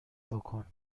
بکن